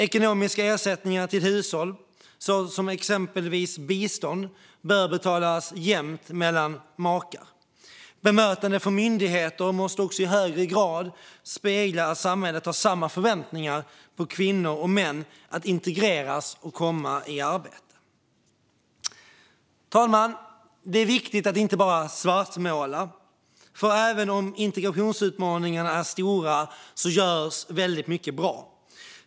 Ekonomiska ersättningar till hushåll, exempelvis bistånd, bör betalas ut jämnt mellan makar. Bemötandet från myndigheter måste också i högre grad spegla att samhället har samma förväntningar på kvinnor och män att integreras och komma i arbete. Fru talman! Det är viktigt att inte bara svartmåla. Även om integrationsutmaningarna är stora görs det också väldigt mycket som är bra.